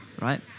right